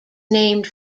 named